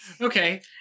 Okay